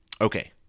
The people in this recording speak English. Okay